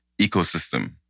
ecosystem